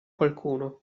qualcuno